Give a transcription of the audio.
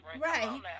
right